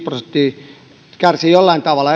prosenttia kärsii jollain tavalla